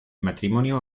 matrimonio